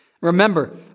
Remember